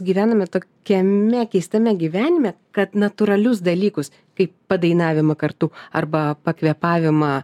gyvename tokiame keistame gyvenime kad natūralius dalykus kaip padainavimą kartu arba pakvėpavimą